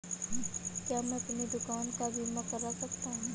क्या मैं अपनी दुकान का बीमा कर सकता हूँ?